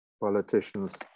politicians